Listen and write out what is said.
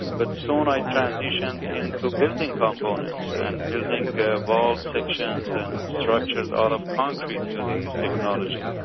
but soon i transitioned into building components, and building the wall sections and structures out of concrete using this technology.